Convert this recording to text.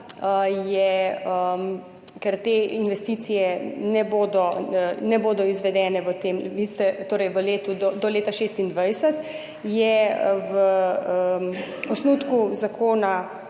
ker te investicije ne bodo izvedene do leta 2026, v osnutku zakona